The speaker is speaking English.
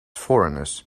foreigners